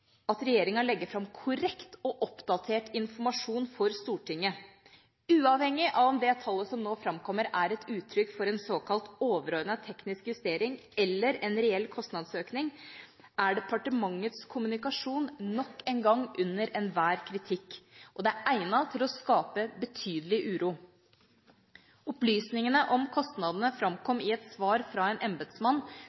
at regjeringa legger fram korrekt og oppdatert informasjon for Stortinget. Uavhengig av om det tallet som nå framkommer, er et uttrykk for en såkalt overordnet, teknisk justering eller en reell kostnadsøkning, er departementets kommunikasjon nok en gang under enhver kritikk, og det er egnet til å skape betydelig uro. Opplysningene om kostnadene